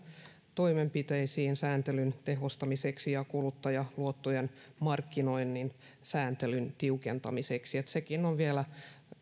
toimenpiteisiin sääntelyn tehostamiseksi ja kuluttajaluottojen markkinoinnin sääntelyn tiukentamiseksi eli sekin on vielä